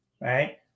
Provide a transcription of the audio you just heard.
right